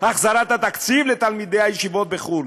החזרת התקציב לתלמידי ישיבות בחו"ל,